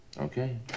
Okay